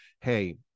hey